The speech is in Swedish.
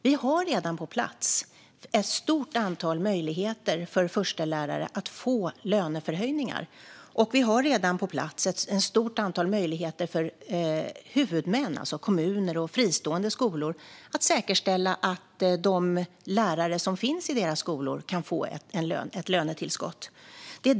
Vi har redan på plats ett stort antal möjligheter för förstelärare att få löneförhöjningar. Och vi har redan på plats ett stort antal möjligheter för huvudmän, alltså kommuner och fristående skolor, att säkerställa att de lärare som finns i deras skolor kan få ett lönetillskott.